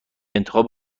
انتخاب